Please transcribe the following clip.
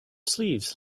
sleeves